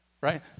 right